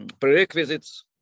prerequisites